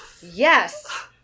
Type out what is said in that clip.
Yes